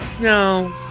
no